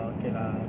err okay lah